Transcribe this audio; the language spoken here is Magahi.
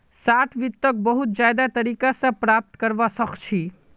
शार्ट वित्तक बहुत ज्यादा तरीका स प्राप्त करवा सख छी